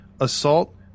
assault